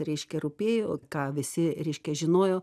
reiškia rūpėjo ką visi reiškia žinojo